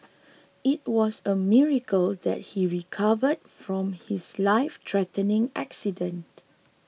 it was a miracle that he recovered from his lifethreatening accident